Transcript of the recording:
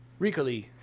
Ricoli